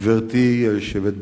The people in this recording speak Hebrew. גברתי היושבת בראש,